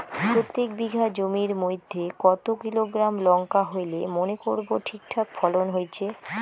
প্রত্যেক বিঘা জমির মইধ্যে কতো কিলোগ্রাম লঙ্কা হইলে মনে করব ঠিকঠাক ফলন হইছে?